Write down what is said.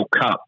Cup